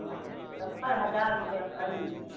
हँ सत्तरि हजार रुपैआ भरि